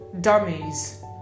dummies